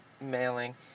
mailing